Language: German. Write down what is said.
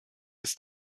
ist